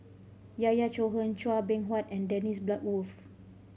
Yahya Cohen Chua Beng Huat and Dennis Bloodworth